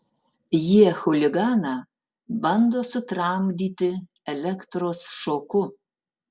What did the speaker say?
jie chuliganą bando sutramdyti elektros šoku